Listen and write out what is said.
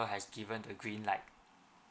has given the green light